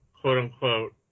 quote-unquote